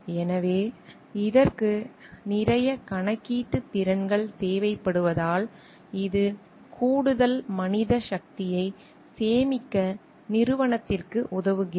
எனவே இதற்கு நிறைய கணக்கீட்டுத் திறன்கள் தேவைப்படுவதால் இது கூடுதல் மனித சக்தியைச் சேமிக்க நிறுவனத்திற்கு உதவுகிறது